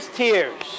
tears